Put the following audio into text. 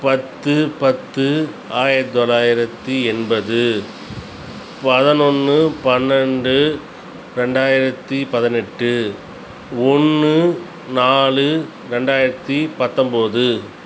பத்து பத்து ஆயிரத்தி தொள்ளாயிரத்தி எண்பது பதினொன்னு பன்னெண்டு ரெண்டாயிரத்தி பதினெட்டு ஒன்று நாலு ரெண்டாயிரத்தி பத்தம்பது